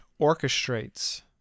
orchestrates